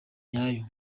nyayo